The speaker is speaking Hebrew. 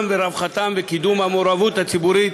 ורווחתם ולקידום המעורבות הציבורית